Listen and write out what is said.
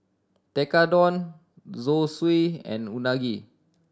Tekkadon Zosui and Unagi